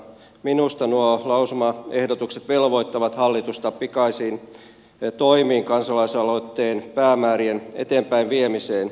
minusta nuo lausumaehdotukset velvoittavat hallitusta pikaisiin toimiin kansalaisaloitteen päämäärien eteenpäinviemiseksi